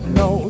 no